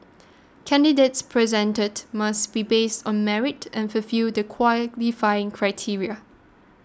candidates presented must be based on merit and fulfil the qualifying criteria